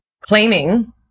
claiming